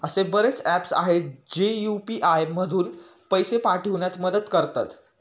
असे बरेच ऍप्स आहेत, जे यू.पी.आय मधून पैसे पाठविण्यास मदत करतात